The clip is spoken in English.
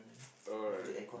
alright